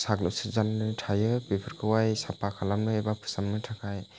साग्लोबसो जानानै थायो बेफोरखौहाय साफा खालामनो एबा फोसाबनो थाखाय